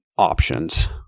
options